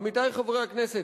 עמיתי חברי הכנסת,